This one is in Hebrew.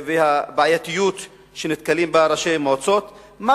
והבעייתיות שראשי מועצות נתקלים בה,